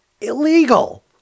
illegal